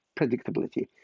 predictability